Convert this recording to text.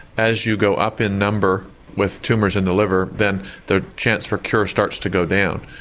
as you go up in number with tumours in the liver then the chance for cure starts to go down.